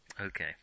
okay